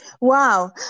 Wow